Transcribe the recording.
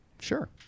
Sure